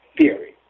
theory